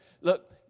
look